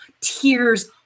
tears